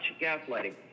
gaslighting